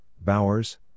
Bowers